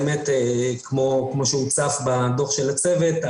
כמו שנכתב בדו"ח של הצוות,